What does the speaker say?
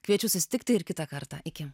kviečiu susitikti ir kitą kartą iki